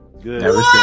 Good